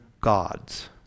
gods